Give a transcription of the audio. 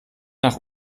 nach